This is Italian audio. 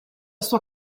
sua